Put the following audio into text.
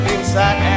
Inside